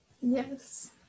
Yes